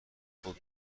خود